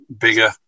bigger